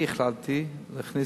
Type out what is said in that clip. אני החלטתי להכניס,